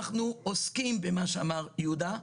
אנחנו עוסקים במה שאמר יהודה.